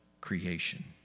creation